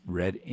read